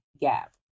gap